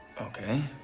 ok,